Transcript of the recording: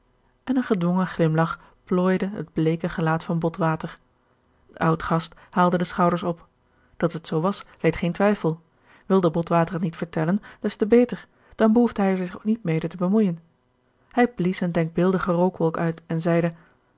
en een gedwongen glimlach plooide het bleeke gelaat van botwater de oudgast haalde de schouders op dat het zoo was leed geen twijfel wilde botwater het niet vertellen des te beter dan behoefde hij er zich niet mede te bemoeien hij blies een denkbeeldige rookwolk uit en zeide